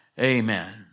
Amen